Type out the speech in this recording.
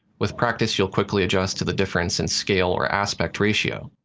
with practice, you'll quickly adjust to the difference in scale or aspect ratio.